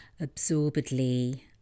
absorbedly